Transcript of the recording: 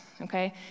okay